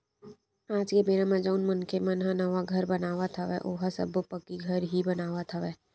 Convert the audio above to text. आज के बेरा म जउन मनखे मन ह नवा घर बनावत हवय ओहा सब्बो पक्की घर ही बनावत हवय